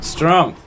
Strong